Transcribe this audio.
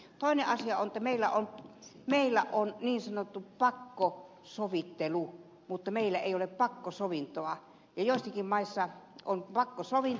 toinen asia on että meillä on niin sanottu pakkosovittelu mutta meillä ei ole pakkosovintoa ja joissakin maissa on pakkosovinto